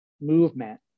movement